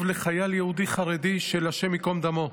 לחייל יהודי חרדי של "השם ייקום דמו".